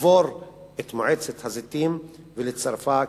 לקבור את מועצת הזיתים ולצרפה כאגף.